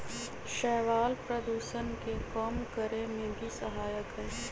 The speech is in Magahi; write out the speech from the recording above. शैवाल प्रदूषण के कम करे में भी सहायक हई